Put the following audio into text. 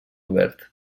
obert